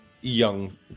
young